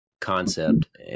concept